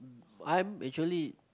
I'm actually